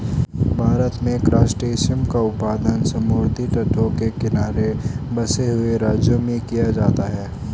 भारत में क्रासटेशियंस का उत्पादन समुद्री तटों के किनारे बसे हुए राज्यों में किया जाता है